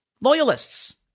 loyalists